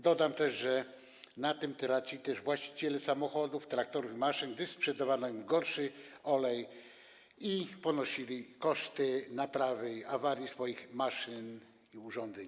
Dodam też, że na tym tracili też właściciele samochodów, traktorów, maszyn, gdyż sprzedawano im gorszy olej i ponosili oni koszty naprawy awarii swoich maszyn i urządzeń.